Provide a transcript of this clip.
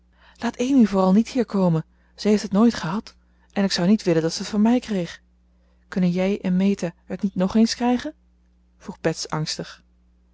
laat amy vooral niet hier komen ze heeft het nooit gehad en ik zou niet willen dat ze het van mij kreeg kunnen jij en meta het niet ng eens krijgen vroeg bets angstig